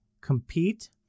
compete